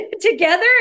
together